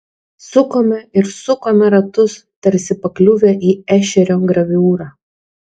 sukome ir sukome ratus tarsi pakliuvę į ešerio graviūrą